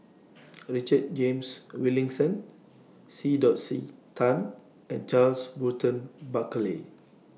Richard James Wilkinson C Dot C Tan and Charles Burton Buckley